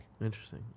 Interesting